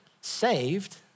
saved